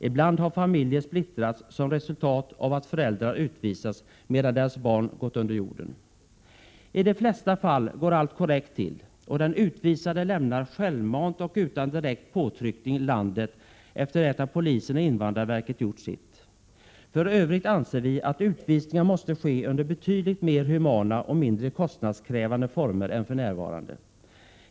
Ibland har familjer splittrats som resultat av att föräldrar utvisats medan deras barn gått under jorden. I de flesta fall går allt korrekt till och den utvisade lämnar självmant och utan direkt påtryckning landet efter det att polisen och invandrarverket gjort sitt. För övrigt anser vi att utvisningarna måste ske under betydligt mer humana och mindre kostnadskrävande former än för närvarande.